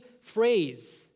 phrase